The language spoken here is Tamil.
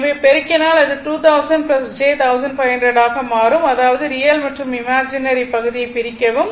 எனவே பெருக்கினால் அது 2000 j 1500 ஆக மாறும் அதாவது ரியல் மற்றும் இமாஜினேரி பகுதியை பிரிக்கவும்